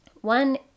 one